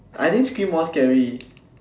I think scream more scary